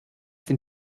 den